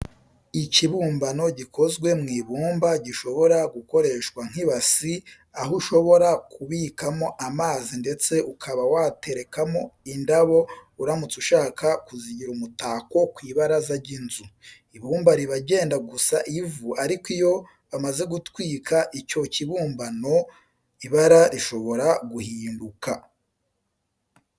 Ikibumbano gikozwe mu ibumba gishobora gukoreshwa nk'ibasi aho ushobora kubikamo amazi ndetse ukaba waterekamo indabo uramutse ushaka kuzigira umutako ku ibaraza ry'inzu. Ibumba riba ryenda gusa ivu ariko iyo bamaze gutwika icyo kibumbano ibara rishobora guhinduka.